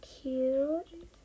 cute